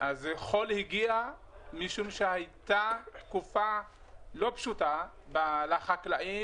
אז חול הגיע משום שהייתה תקופה לא פשוטה לחקלאים